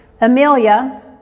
Amelia